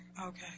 okay